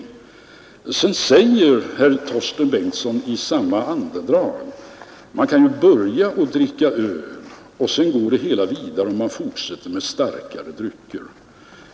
I samma andedrag säger herr Torsten Bengtson: Man kan börja med att dricka öl och sedan går man vidare och fortsätter med starkare drycker.